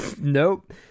nope